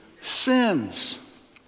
sins